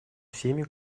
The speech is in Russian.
всеми